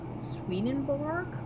Swedenborg